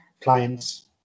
clients